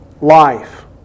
life